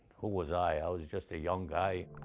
who was i? i was just a young guy.